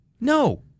No